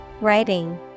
Writing